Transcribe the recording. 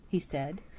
he said.